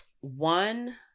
one